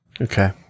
Okay